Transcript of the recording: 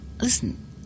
listen